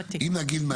נגיד,